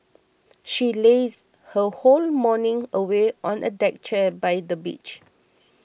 she lazed her whole morning away on a deck chair by the beach